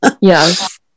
Yes